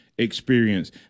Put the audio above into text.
experience